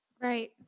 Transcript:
Right